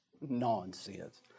Nonsense